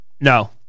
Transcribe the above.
No